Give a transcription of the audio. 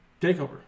TakeOver